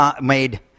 made